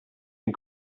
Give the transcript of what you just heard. den